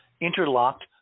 interlocked